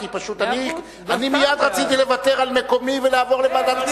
כי אני מייד רציתי לוותר על מקומי ולעבור לוועדת הכספים.